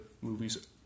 movies